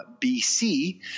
BC